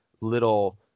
little